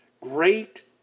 great